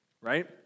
right